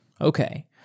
Okay